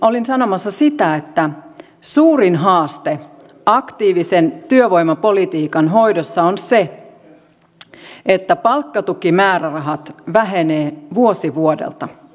olin sanomassa sitä että suurin haaste aktiivisen työvoimapolitiikan hoidossa on se että palkkatukimäärärahat vähenevät vuosi vuodelta